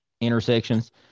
intersections